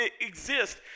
exist